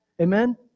Amen